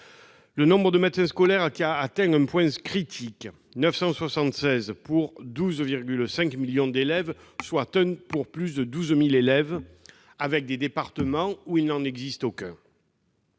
Le nombre de médecins scolaires atteint un point critique : 976 pour 12,5 millions d'élèves, soit 1 pour plus de 12 000 élèves, en sachant que, dans certains départements, il n'en existe aucun.